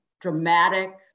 dramatic